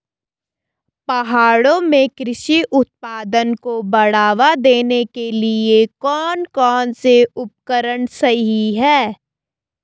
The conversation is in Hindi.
पहाड़ों में कृषि उत्पादन को बढ़ावा देने के लिए कौन कौन से उपकरण सही हैं?